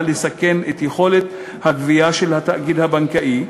לסכן את יכולת הגבייה של התאגיד הבנקאי,